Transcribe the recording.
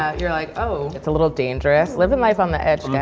you're like, oh. it's a little dangerous. living life on the edge, guys,